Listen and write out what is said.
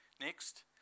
Next